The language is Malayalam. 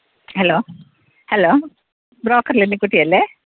ഹലോ ഹലോ ബ്രോക്കര് ലില്ലിക്കുട്ടി അല്ലേ